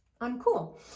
uncool